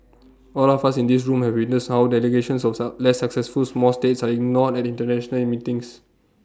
all of us in this room have witnessed how delegations of suss less successful small states are ignored at International at meetings